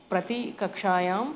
प्रति कक्षायाम्